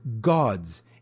gods